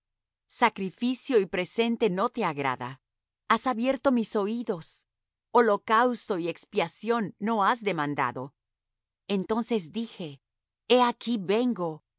sacrificio y presente no te agrada has abierto mis oídos holocausto y expiación no has demandado entonces dije he aquí vengo